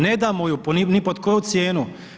Ne damo ju ni pod koju cijenu.